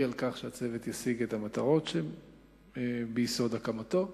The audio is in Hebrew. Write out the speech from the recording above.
לכך שהצוות ישיג את המטרות שביסוד הקמתו.